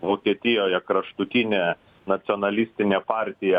vokietijoje kraštutinė nacionalistinė partija